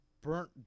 burnt